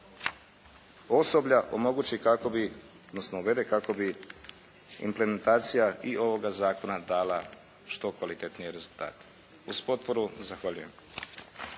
odnosno uvede kako bi implementacija i ovoga zakona dala što kvalitetnije rezultate. Uz potporu, zahvaljujem.